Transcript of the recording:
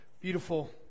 beautiful